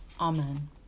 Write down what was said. Amen